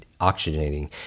oxygenating